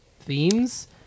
themes